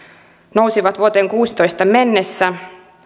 nousivat vuoteen kuudessatoista mennessä